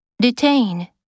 Detain